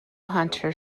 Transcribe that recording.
hunter